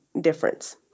difference